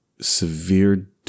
severe